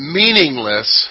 meaningless